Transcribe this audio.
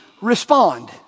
respond